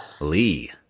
Lee